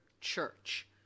church